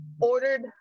ordered